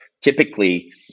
typically